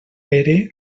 pere